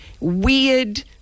weird